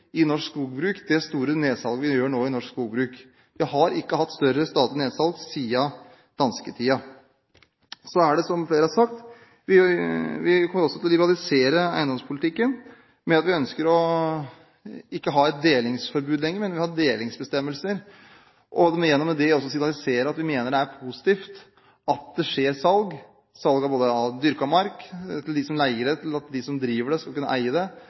i norsk skogbruk. Vi har ikke hatt større statlig nedsalg siden dansketiden. Som flere har sagt, kommer vi også til å liberalisere eiendomspolitikken ved at vi ikke lenger ønsker å ha et delingsforbud. Men vi vil ha delingsbestemmelser og gjennom det også signalisere at vi mener det er positivt at det skjer salg, både salg av dyrket mark til dem som leier den, slik at de som driver den, skal kunne eie den, og salg av skog for dem som ønsker det,